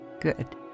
Good